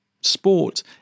Sport